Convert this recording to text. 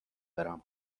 برم